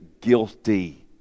guilty